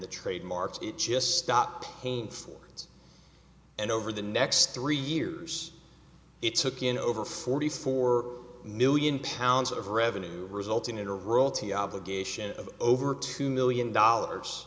the trademarks it just stopped paying for it and over the next three years it took in over forty four million pounds of revenue resulting in a roll to the obligation of over two million dollars